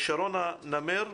שרונה נמר,